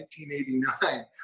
1989